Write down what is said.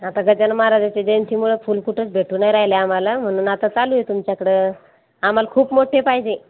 आता गजानन महाराजांच्या जयंतीमुळं फूल कुठंच भेटू नाही राहिल्या आम्हाला म्हणून आता चालू आहे तुमच्याकडं आम्हाला खूप मोठे पाहिजे